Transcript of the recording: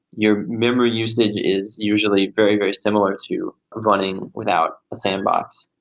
your memory usage is usually very, very similar to running without a sandbox.